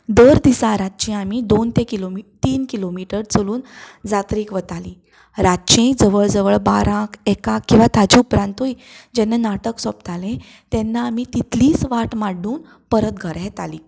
दर दिसा रातचें आमी दोन ते किलो तीन किलोमिटर चलून जात्रेक वतालीं रातचीं जवळ जवळ बारांक एकाक किंवा ताजे उपरांतूय जेन्ना नाटक सोंपतालें तेन्ना आमी तितलीच वाट माड्डून परत घरा येतालीं